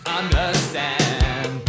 understand